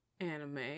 anime